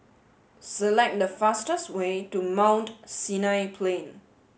select the fastest way to Mount Sinai Plain